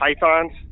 Pythons